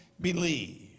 believe